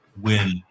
win